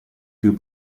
più